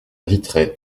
vitré